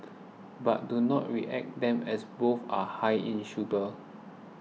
but do not react them as both are high in sugar